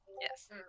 Yes